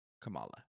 Kamala